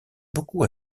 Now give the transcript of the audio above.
beaucoup